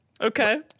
Okay